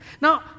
Now